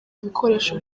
ibikoresho